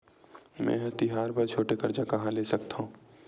मेंहा तिहार बर छोटे कर्जा कहाँ ले सकथव?